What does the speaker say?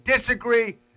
disagree